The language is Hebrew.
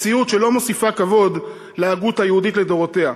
מציאות שלא מוסיפה כבוד להגות היהודית לדורותיה.